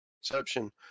exception